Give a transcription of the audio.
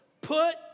put